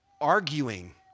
Arguing